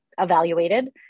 evaluated